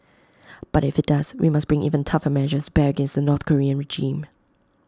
but if IT does we must bring even tougher measures bear against the north Korean regime